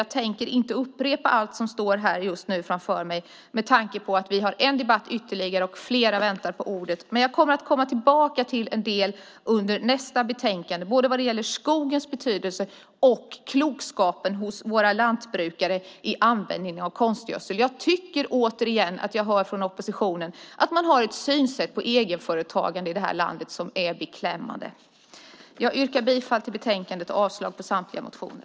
Jag tänker inte upprepa allt som står här med tanke på att vi har ytterligare en debatt och att flera väntar på ordet, men jag kommer tillbaka till en del i debatten om nästa betänkande. Det gäller både skogens betydelse och klokskapen hos våra lantbrukare när det gäller användningen av konstgödsel. Jag tycker återigen att jag hör att oppositionen har ett synsätt på egenföretagande i det här landet som är beklämmande. Jag yrkar bifall till förslaget i betänkandet och avslag på samtliga motioner.